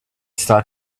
start